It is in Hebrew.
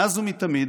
מאז ומתמיד,